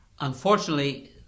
Unfortunately